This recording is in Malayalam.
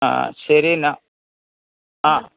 ആ ശരി എന്നാല് ആ